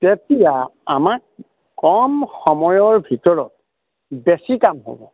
তেতিয়া আমাক কম সময়ৰ ভিতৰত বেছি কাম হ'ব